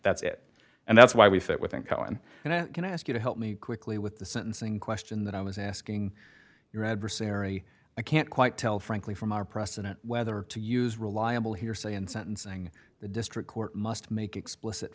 that's it and that's why we fit within cohen and i'm going to ask you to help me quickly with the sentencing question that i was asking your adversary i can't quite tell frankly from our precedent whether to use reliable hearsay in sentencing the district court must make explicit